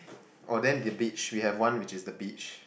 oh then the beach we have one which is the beach